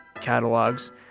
catalogs